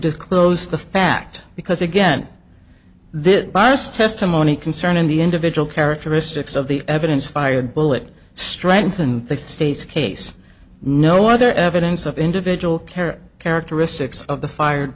disclose the fact because again this biased testimony concerning the individual characteristics of the evidence fired bullet strengthen the state's case no other evidence of individual care characteristics of the fire